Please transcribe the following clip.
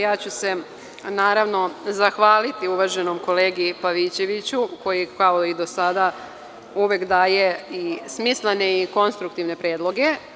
Ja ću se zahvaliti uvaženom kolegi Pavićeviću koji, kao i do sada, uvek daje i smislene i konstruktivne predloge.